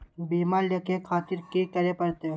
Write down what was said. बीमा लेके खातिर की करें परतें?